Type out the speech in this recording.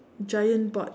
giant bot